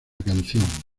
canción